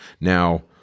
Now